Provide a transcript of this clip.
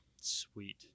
Sweet